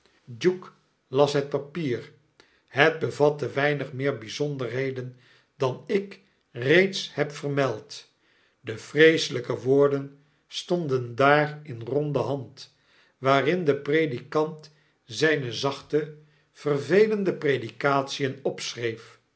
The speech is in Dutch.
duke las het papier het bevatte weinig meer bijzonderheden dan ik reeds heb vermeld de vreeselyke woorden stondendaarinderonde hand waarin de predikant zyne zachte vervelende predikatien